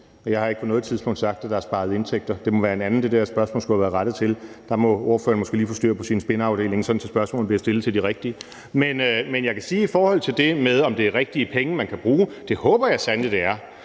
Jeg har ikke på noget tidspunkt sagt, at der er sparet indtægter. Det må være en anden, det der spørgsmål skulle have været rettet til. Der må ordføreren måske lige få styr på sin spinafdeling, sådan at spørgsmålene bliver stillet til de rigtige. Men jeg kan sige i forhold til det, om det er rigtige penge, man kan bruge, at det håber jeg sandelig det er,